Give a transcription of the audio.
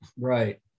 Right